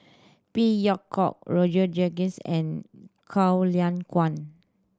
Phey Yew Kok Roger Jenkins and Goh Lay Kuan